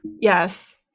Yes